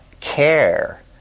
Care